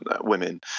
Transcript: women